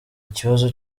ikibazo